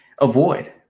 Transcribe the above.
avoid